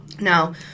Now